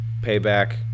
payback